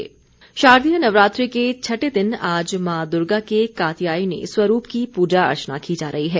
नवरात्र शारदीय नवरात्रे के छठे दिन आज माँ दुर्गा के कात्यायनी स्वरूप की प्रजा अर्चना की जा रही है